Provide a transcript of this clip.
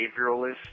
behavioralist